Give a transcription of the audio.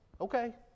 Okay